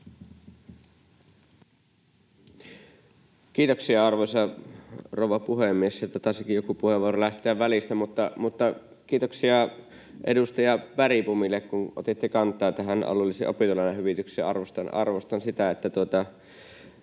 Kiitoksia, arvoisa rouva puhemies! Sieltä taisikin joku puheenvuoro lähteä välistä. Mutta kiitoksia edustaja Bergbomille, kun otitte kantaa tähän alueelliseen opintolainahyvitykseen. Arvostan sitä, että